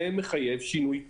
זה מחייב שינוי תכן.